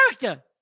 character